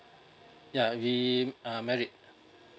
ya we uh married